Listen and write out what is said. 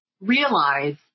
realize